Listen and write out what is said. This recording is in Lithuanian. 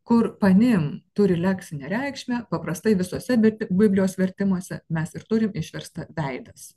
kur panim turi leksinę reikšmę paprastai visuose bi biblijos vertimuose mes ir turime išverstą veidas